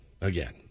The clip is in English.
again